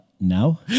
Now